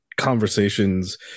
conversations